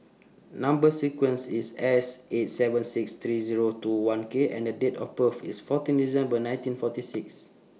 Number sequence IS S eight seven six three Zero two one K and Date of birth IS fourteen December nineteen forty six